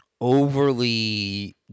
overly